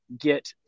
get